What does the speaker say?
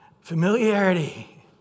familiarity